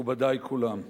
מכובדי כולם,